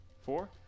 four